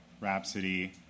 Rhapsody